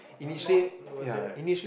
not not worth it eh